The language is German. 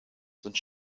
sind